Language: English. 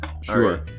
Sure